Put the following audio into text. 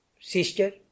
sister